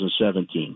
2017